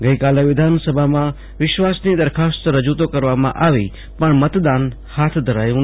ગઈકાલે વિધાનસભામાં વિશ્વાસની દરખાસ્ત રજૂ તો કરવામાં આવી પણ મતદાન હાથ ધરાયું ન હત